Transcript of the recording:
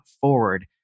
forward